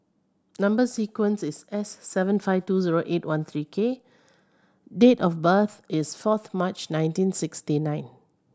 number sequence is S seven five two zero eight one three K date of birth is fourth March nineteen sixty nine